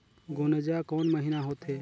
गुनजा कोन महीना होथे?